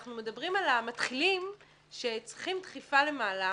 אנחנו מדברים על המתחילים שצריכים דחיפה למעלה,